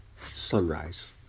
sunrise